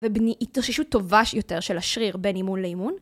ובניית התאוששות טובה יותר של השריר בין אימון לאימון